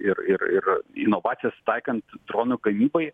ir ir ir inovacijos taikant dronų gamybai